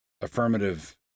affirmative